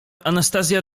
anastazja